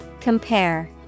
Compare